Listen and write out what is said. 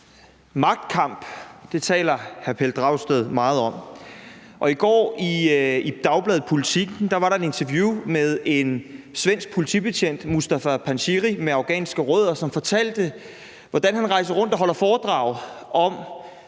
Magtkamp taler hr. Pelle Dragsted meget om, og i går i dagbladet Politiken var der et interview med en svensk politibetjent, Mustafa Panshiri, med afghanske rødder, som fortalte, hvordan han rejser rundt og holder foredrag om,